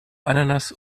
ananas